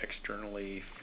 externally